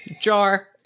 Jar